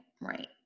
right